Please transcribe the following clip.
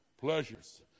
Pleasures